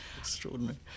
Extraordinary